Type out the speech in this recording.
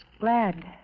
glad